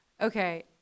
okay